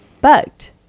bugged